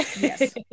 Yes